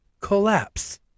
collapse